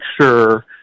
sure